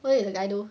what did the guy do